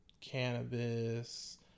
cannabis